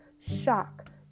Shock